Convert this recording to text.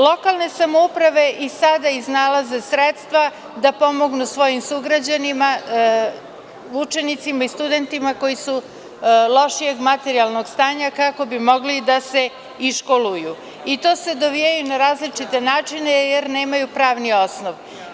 Lokalne samouprave i sada iznalaze sredstva da pomognu svojim sugrađanima, učenicima i studentima koji su lošijeg materijalnog stanja, kao bi mogli da se iškoluju i dovijaju se na različite načine jer nemaju pravni osnov.